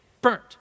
burnt